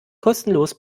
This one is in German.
kostenlos